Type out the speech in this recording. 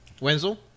Wenzel